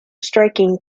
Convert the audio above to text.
striking